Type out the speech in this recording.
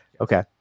Okay